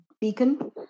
beacon